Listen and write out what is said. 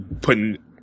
putting